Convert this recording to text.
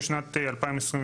ב-2022,